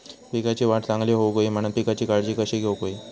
पिकाची वाढ चांगली होऊक होई म्हणान पिकाची काळजी कशी घेऊक होई?